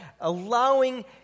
allowing